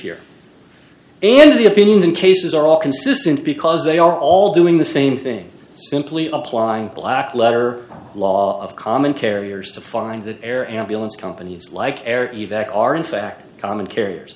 here and the opinions and cases are all consistent because they are all doing the same thing simply applying black letter law of common carriers to find the air ambulance companies like air in fact common carriers